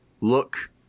look